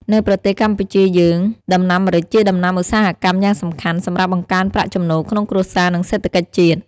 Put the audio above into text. នៅប្រទេសកម្ពុជាយើង ដំណាំម្រេចជាដំណាំឧស្សាហកម្មយ៉ាងសំខាន់ សម្រាប់បង្កើនប្រាក់ចំណូលក្នុងគ្រួសារ និងសេដ្ឋកិច្ចជាតិ។